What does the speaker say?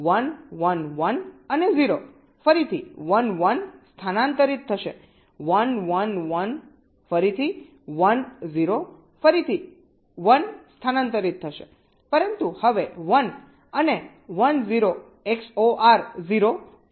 તેથી 1 1 1 અને 0 ફરીથી 1 1 સ્થાનાંતરિત થશે 1 1 1 ફરીથી 1 0 ફરીથી 1 સ્થાનાંતરિત થશે પરંતુ હવે 1 અને 1 0 XOR 0